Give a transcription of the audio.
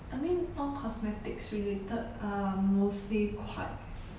I mean all cosmetics related are mostly quite